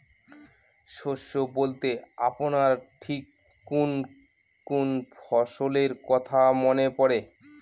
শস্য বলতে আপনার ঠিক কোন কোন ফসলের কথা মনে পড়ে?